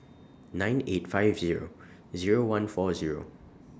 nine eight five Zero Zero one four Zero